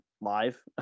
live